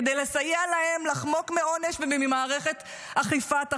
כדי לסייע להם לחמוק מעונש וממערכת אכיפת החוק,